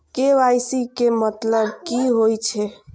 KYC के मतलब कि होई छै?